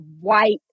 White